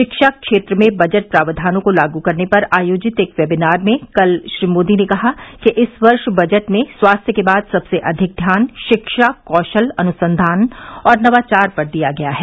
शिक्षा क्षेत्र में बजट प्रावधानों को लागू करने पर आयोजित एक वेबीनार में कल श्री मोदी ने कहा कि इस वर्ष बजट में स्वास्थ्य के बाद सबसे अधिक ध्यान शिक्षा कौशल अनुसंधान और नवाचार पर दिया गया है